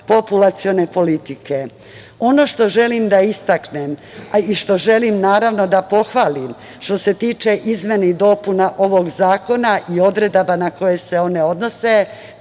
populacione politike. Ono što želim da istaknem i što želim naravno da pohvalim što se tiče izmena i dopuna ovog zakona i odredaba na koje se one odnose